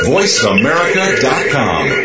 VoiceAmerica.com